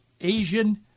Asian